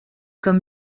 comme